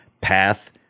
path